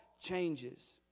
changes